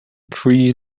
three